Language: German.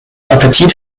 appetit